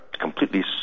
completely